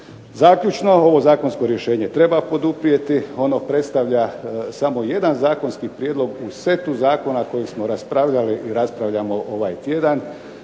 Zaključno. Ovo zakonsko rješenje treba poduprijeti. Ono predstavlja samo jedan zakonski prijedlog u setu zakona koje smo raspravljati i raspravljamo ovaj tjedan.